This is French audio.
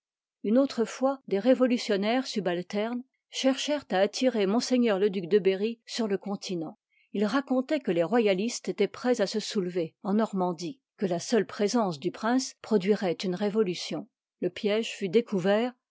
ne autre fois des révolutionnaires subalternes cherchèrent à attirer m le duc de berry sur le continent us racontoient que les royalistes étoient prêts à se soulever en normandie que la seule présence du prince produiroit une révolution le piège fut découvert